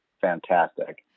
fantastic